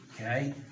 okay